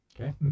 Okay